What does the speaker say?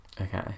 Okay